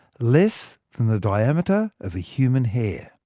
less the diameter of a human hair.